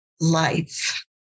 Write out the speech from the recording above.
life